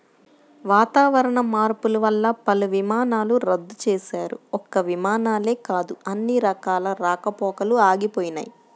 వాతావరణ మార్పులు వల్ల పలు విమానాలను రద్దు చేశారు, ఒక్క విమానాలే కాదు అన్ని రకాల రాకపోకలూ ఆగిపోయినయ్